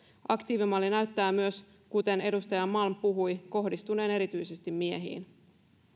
aktiivimalli näyttää myös kuten edustaja malm puhui kohdistuneen erityisesti miehiin